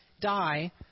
die